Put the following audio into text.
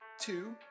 Two